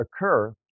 occur